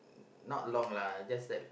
not long lah just that